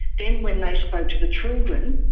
then when they spoke to the children,